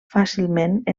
fàcilment